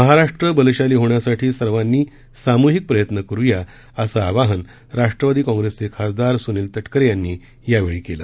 महाराष्ट्र बलशाली होण्यासाठी सर्वांनी सामूहिक प्रयत्न करू या असं आवाहन राष्ट्रवादी काँग्रेसचे खासदार सूनील तटकरे यांनी यावेळी बोलताना केलं